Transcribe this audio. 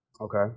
Okay